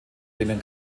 denen